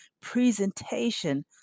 presentation